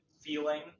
feeling